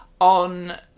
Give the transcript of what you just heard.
on